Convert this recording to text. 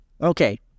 okay